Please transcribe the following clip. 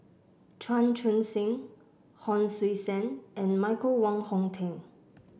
Chan Chun Sing Hon Sui Sen and Michael Wong Hong Teng